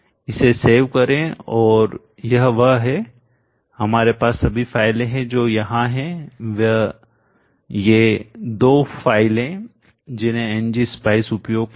इसे सेव करें और यह वह है हमारे पास सभी फाइलें जो यहां हैं व ये दो फाइलें जिन्हें ng spice उपयोग करेगा